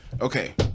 okay